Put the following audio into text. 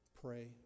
pray